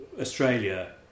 Australia